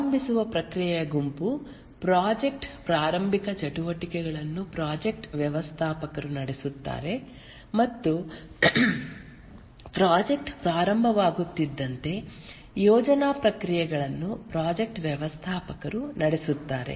ಪ್ರಾರಂಭಿಸುವ ಪ್ರಕ್ರಿಯೆಯ ಗುಂಪು ಪ್ರಾಜೆಕ್ಟ್ ಪ್ರಾರಂಭಿಕ ಚಟುವಟಿಕೆಗಳನ್ನು ಪ್ರಾಜೆಕ್ಟ್ ವ್ಯವಸ್ಥಾಪಕರು ನಡೆಸುತ್ತಾರೆ ಮತ್ತು ಪ್ರಾಜೆಕ್ಟ್ ಪ್ರಾರಂಭವಾಗುತ್ತಿದ್ದಂತೆ ಯೋಜನಾ ಪ್ರಕ್ರಿಯೆಗಳನ್ನು ಪ್ರಾಜೆಕ್ಟ್ ವ್ಯವಸ್ಥಾಪಕರು ನಡೆಸುತ್ತಾರೆ